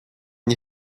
nie